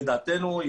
לדעתנו,